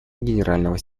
генерального